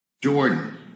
Jordan